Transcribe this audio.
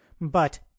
But